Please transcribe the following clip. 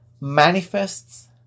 Manifests